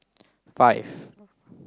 five